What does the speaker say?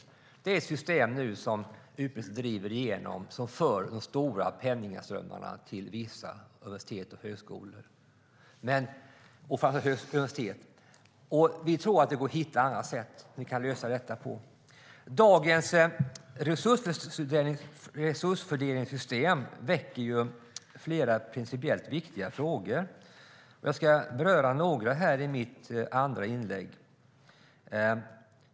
I det system som utbildningsministern nu driver igenom förs de stora penningströmmarna till vissa universitet och högskolor, framför allt universitet. Vi tror att det går att hitta ett annat sätt att lösa detta. Dagens resursfördelningssystem väcker flera principiellt viktiga frågor. Jag ska beröra några av dem nu i mitt andra inlägg.